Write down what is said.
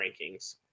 rankings